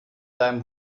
deinem